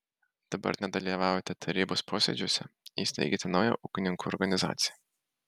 dabar nedalyvaujate tarybos posėdžiuose įsteigėte naują ūkininkų organizaciją